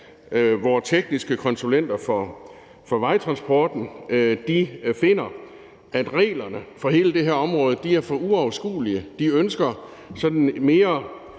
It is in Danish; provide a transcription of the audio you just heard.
– at tekniske konsulenter for vejtransporten finder, at reglerne for hele det her område er for uoverskuelige. De ønsker mere